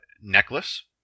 necklace